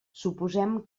suposem